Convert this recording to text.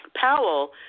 Powell